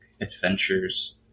adventures